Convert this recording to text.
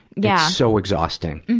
yeah so exhausting.